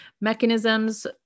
mechanisms